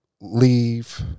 leave